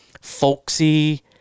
folksy